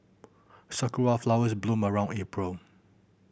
sakura flowers bloom around April